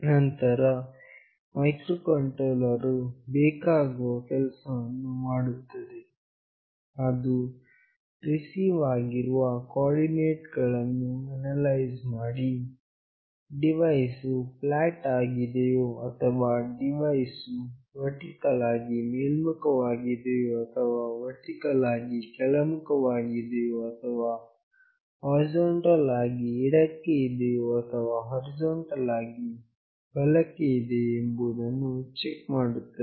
ನಂತರ ಮೈಕ್ರೋಕಂಟ್ರೋಲರ್ ವು ಬೇಕಾಗುವ ಕೆಲಸವನ್ನು ಮಾಡುತ್ತದೆ ಅದು ರಿಸೀವ್ ಆಗಿರುವ ಕೋಆರ್ಡಿನೇಟ್ ಗಳನ್ನು ಅನಲೈಸ್ ಮಾಡಿ ಡಿವೈಸ್ ವು ಫ್ಲಾಟ್ ಆಗಿದೆಯೋ ಅಥವಾ ಡಿವೈಸ್ ವು ವರ್ಟಿಕಲ್ ಆಗಿ ಮೇಲ್ಮುಖವಾಗಿದೆಯೋ ಅಥವಾ ವರ್ಟಿಕಲ್ ಆಗಿ ಕೆಳಮುಖವಾಗಿದೆಯೋ ಅಥವಾ ಹೊರಿಜಾಂಟಲ್ ಆಗಿ ಎಡಕ್ಕೆ ಇದೆಯೋ ಅಥವಾ ಹೊರಿಜಾಂಟಲ್ ಆಗಿ ಬಲಕ್ಕೆ ಇದೆಯೋ ಎಂಬುದನ್ನು ಚೆಕ್ ಮಾಡುತ್ತದೆ